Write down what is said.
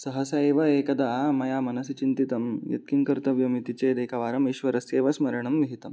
सहसा एव एकदा मया मनसि चिन्तितं यत् किं कर्तव्यमिति चेद् एकवारमीश्वरस्य एव स्मरणं विहितं